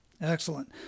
Excellent